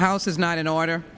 house is not in order